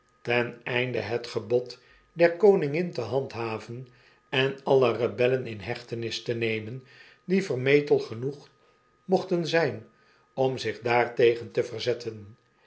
ten einde het gebod der koningin te handhaven en alle rebeflen in hechtenis te nemen die vermetel genoeg mochten zyn om zich daartegen te verzetten